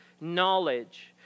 knowledge